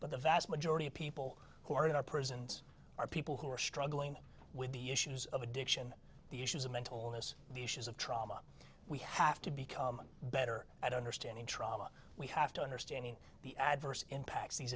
but the vast majority of people who are in our prisons are people who are struggling with the issues of addiction the issues of mental illness the issues of trauma we have to become better at understanding trauma we have to understand the adverse impacts these